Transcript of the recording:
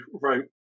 wrote